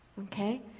okay